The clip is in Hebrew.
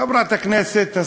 חברת הכנסת,